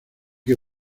que